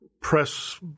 press